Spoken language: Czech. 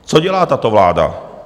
Co dělá tato vláda?